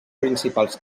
principals